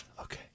Okay